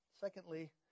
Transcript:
Secondly